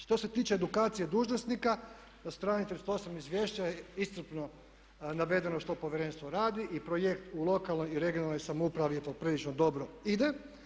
Što se tiče edukacije dužnosnika na strani 38. izvješća je iscrpno navedeno što povjerenstvo radi i projekt u lokalnoj i regionalnoj samoupravi poprilično dobro ide.